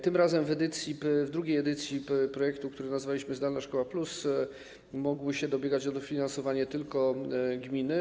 Tym razem w drugiej edycji projektu, który nazwaliśmy „Zdalna szkoła+”, mogły się ubiegać o dofinansowanie tylko gminy.